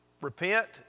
repent